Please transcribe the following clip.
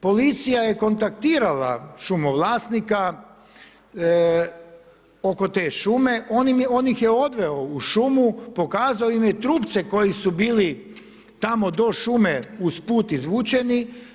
Policija je kontaktirala šumovlasnika oko te šume, on ih je odveo u šumu, pokazao im je trupce koji su bili tamo do šume, uz put, izvučeni.